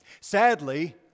Sadly